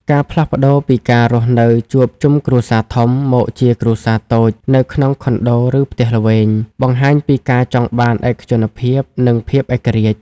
ការផ្លាស់ប្តូរពីការរស់នៅជួបជុំគ្រួសារធំ មកជាគ្រួសារតូច នៅក្នុងខុនដូ ឬផ្ទះល្វែង បង្ហាញពីការចង់បានឯកជនភាព និងភាពឯករាជ្យ។